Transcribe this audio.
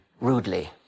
rudely